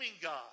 God